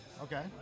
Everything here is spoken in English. Okay